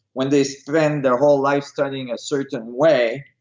when they spend their whole life studying a certain way,